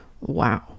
Wow